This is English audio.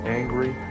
angry